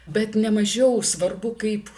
bet nemažiau svarbu kaip